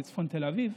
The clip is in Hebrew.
בצפון תל אביב,